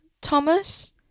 Thomas